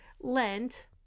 Lent